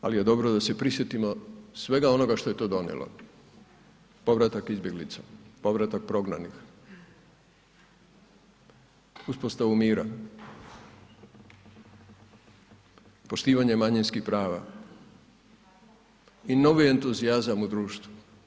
Ali je dobro da se prisjetimo svega onoga što je to donijelo, povratak izbjeglica, povratak prognanih, uspostavu mira, poštivanje manjinskih prava i novi entuzijazam u društvu.